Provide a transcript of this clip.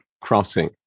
crossing